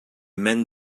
men